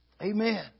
Amen